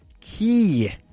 key